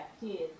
kids